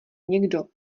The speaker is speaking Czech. někdo